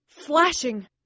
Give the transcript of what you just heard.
flashing